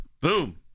boom